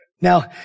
Now